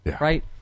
right